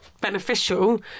beneficial